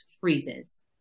freezes